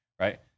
Right